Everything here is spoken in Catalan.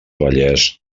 vallès